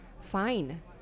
fine